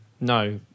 no